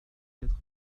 quatre